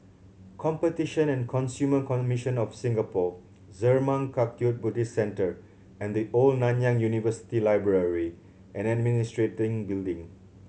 Competition and Consumer Commission of Singapore Zurmang Kagyud Buddhist Centre and The Old Nanyang University Library and Administration Building